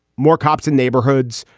more cops in neighborhoods,